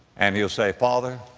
and he'll say, father,